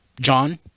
John